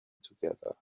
together